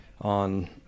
on –